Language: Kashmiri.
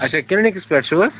اچھا کٕلنِکَس پیٹھ چھوٕ